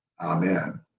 Amen